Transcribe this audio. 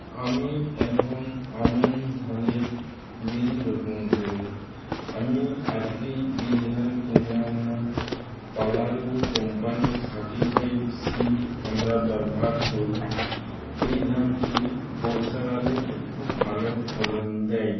আমি এখন আমন ধানের বীজ রোপণ করব আমি আজকেই বীজ ধান কিনে আনলাম পালারু কোম্পানি সার্টিফায়েড সীড আমরা ব্যবহার করি এই ধানটি বর্ষাকালে একটু ভালো ফলন দেয়